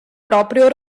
proprio